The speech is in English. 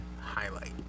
highlight